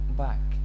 back